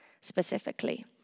specifically